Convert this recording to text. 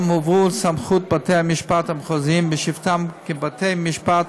הועברו לסמכות בתי-המשפט המחוזיים בשבתם כבתי-משפט